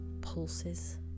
pulses